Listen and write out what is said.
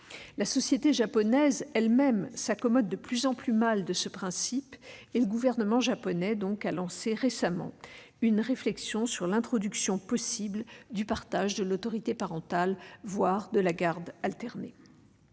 La société japonaise elle-même s'accommode de plus en plus mal de ce principe, et le gouvernement japonais a récemment lancé une réflexion sur l'introduction possible du partage de l'autorité parentale, voire de la garde alternée.